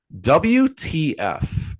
WTF